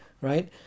Right